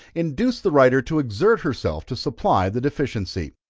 induced the writer to exert herself to supply the deficiency.